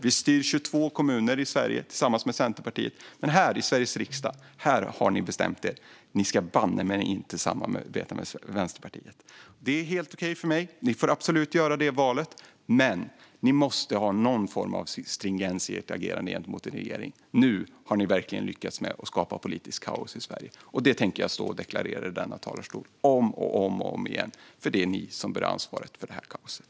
Vi styr 22 kommuner i Sverige tillsammans med Centerpartiet. Men här, i Sveriges riksdag, har ni bestämt er: Ni ska banne mig inte samarbeta med Vänsterpartiet. Det är helt okej för mig. Ni får absolut göra det valet. Men ni måste ha någon form av stringens i ert agerande gentemot en regering. Nu har ni verkligen lyckats med att skapa politiskt kaos i Sverige, och det tänker jag stå i denna talarstol och deklarera om och om igen. Det är ni som bär ansvaret för det här kaoset.